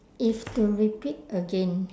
if to repeat again